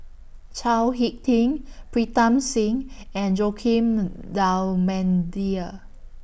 Chao Hick Tin Pritam Singh and Joaquim D'almeida